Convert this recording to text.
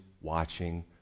watching